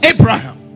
Abraham